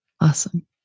awesome